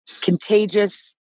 contagious